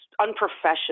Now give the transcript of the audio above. unprofessional